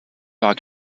war